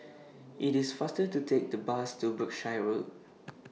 IT IS faster to Take The Bus to Berkshire Road